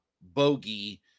bogey